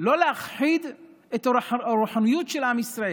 לא להכחיד את הרוחניות של עם ישראל,